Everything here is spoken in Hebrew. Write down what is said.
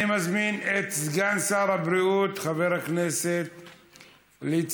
אני מזמין את סגן שר הבריאות חבר הכנסת ליצמן.